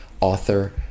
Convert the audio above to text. author